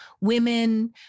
women